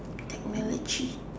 technology